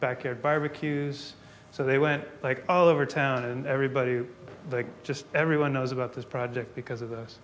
backyard barbecues so they went like all over town and everybody just everyone knows about this project because of this